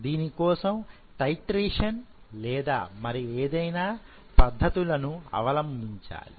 దీనికోసం టైట్రేషన్ లేదా మరి ఏదైనా పద్ధతులను అవలంబించాలి